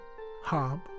Hob